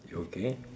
okay